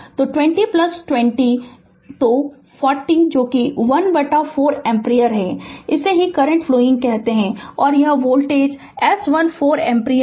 तो 20 20 तो 40० जो 1 बटा 4 एम्पीयर है इसे ही करंट फ्लोइंग कहते हैं और यह वोल्टेज और S1 4 एम्पीयर